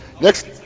Next